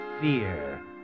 fear